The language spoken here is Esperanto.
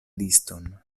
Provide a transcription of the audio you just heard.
liston